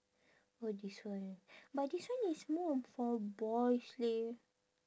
oh this one but this one is more for boys leh